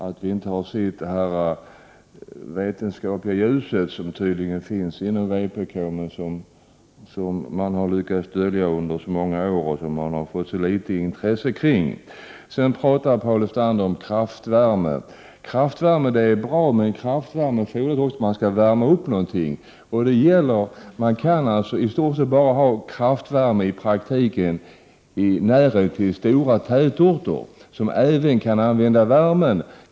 Vi har inte sett det vetenskapliga ljus som tydligen finns inom vpk men som man har lyckats dölja under så många år och som man har fått så litet intresse kring. Paul Lestander pratade om kraftvärme. Kraftvärme är bra, men det fordrar att man skall värma upp någonting. Man kan i praktiken i stort sett ha kraftvärme bara i närheten av stora tätorter som kan använda värmen.